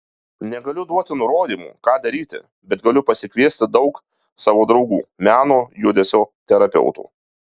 negaliu duoti nurodymų ką daryti bet galiu pasikviesti daug savo draugų meno judesio terapeutų